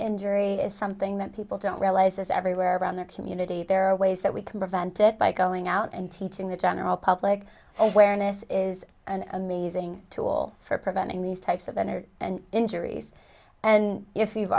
injury is something that people don't realize is everywhere around the community there are ways that we can prevent it by going out and teaching the general public awareness is an amazing tool for preventing these types of energy and injuries and if